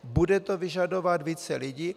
Bude to vyžadovat více lidí.